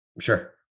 Sure